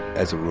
as